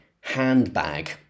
handbag